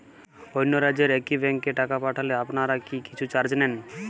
অন্য রাজ্যের একি ব্যাংক এ টাকা পাঠালে আপনারা কী কিছু চার্জ নেন?